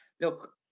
Look